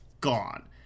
gone